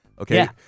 Okay